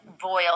boil